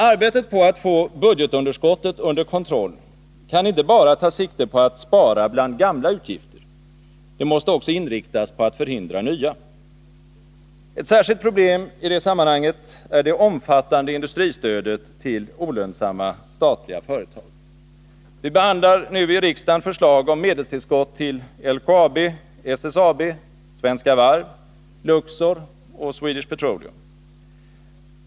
Arbetet på att få budgetunderskottet under kontroll kan inte bara ta sikte på att spara bland gamla utgifter. Det måste inriktas på att förhindra nya. Ett särskilt problem i detta sammanhang är det omfattande industristödet till olönsamma statliga företag. Vi behandlar nu i riksdagen förslag om medelstillskott till LKAB, SSAB, Svenska Varv, Luxor och Swedish Petroleum.